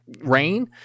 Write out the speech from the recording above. Rain